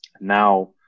Now